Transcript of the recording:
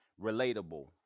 relatable